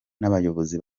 n’abayobozi